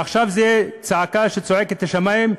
עכשיו זו צעקה שצועקת לשמים,